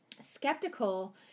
skeptical